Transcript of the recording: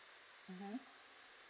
mmhmm